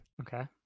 Okay